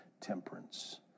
temperance